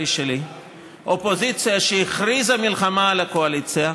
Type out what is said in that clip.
שלי אופוזיציה שהכריזה מלחמה על הקואליציה,